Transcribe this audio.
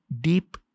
deep